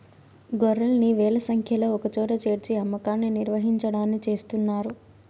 గొర్రెల్ని వేల సంఖ్యలో ఒకచోట చేర్చి అమ్మకాన్ని నిర్వహించడాన్ని చేస్తున్నారు